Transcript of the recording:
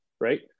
Right